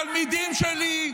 אלה התלמידים שלי.